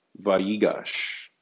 Vayigash